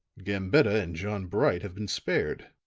gambetta and john bright have been spared,